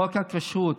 חוק הכשרות,